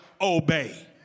obey